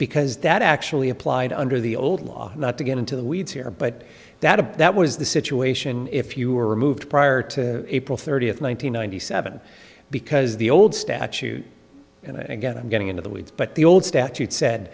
because that actually applied under the old law not to get into the weeds here but that of that was the situation if you were removed prior to april thirtieth one thousand nine hundred seven because the old statute and again i'm getting into the weeds but the old statute said